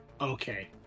okay